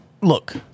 Look